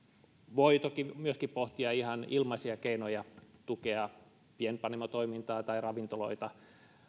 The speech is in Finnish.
voi toki myöskin pohtia ihan ilmaisia keinoja tukea pienpanimotoimintaa tai ravintoloita